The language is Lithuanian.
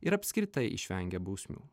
ir apskritai išvengė bausmių